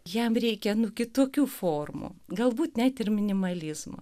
jam reikia nu kitokių formų galbūt net ir minimalizmo